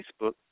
Facebook